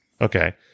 Okay